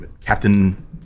Captain